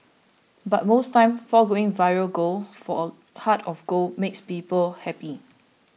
but most times foregoing viral gold for a heart of gold makes people happy